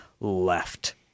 left